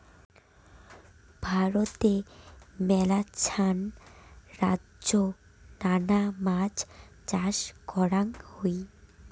ভারতে মেলাছান রাইজ্যে নানা মাছ চাষ করাঙ হই